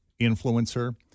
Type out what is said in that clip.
influencer